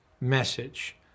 message